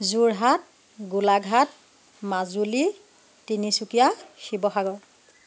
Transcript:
Jorhat Golaghat Majuli Tinsukia Sivasagar